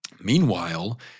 Meanwhile